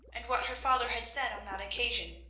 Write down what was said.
and what her father had said on that occasion.